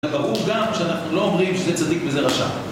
ברור גם שאנחנו לא אומרים ש"זה צדיק" ו"זה רשע".